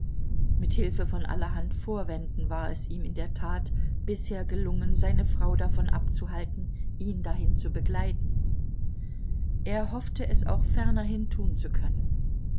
mit hilfe von allerhand vorwänden war es ihm in der tat bisher gelungen seine frau davon abzuhalten ihn dahin zu begleiten er hoffte es auch fernerhin tun zu können